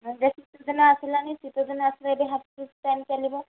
ଯେ ଶୀତ ଦିନ ଆସିଲାନି ଶୀତଦିନ ଆସିଲେ ଏବେ ହାପ୍ସୁ ଟାଇମ୍ ଚାଲିବ